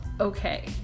okay